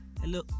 Hello